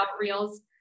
reels